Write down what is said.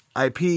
IP